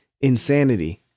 insanity